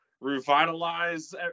revitalize